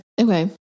Okay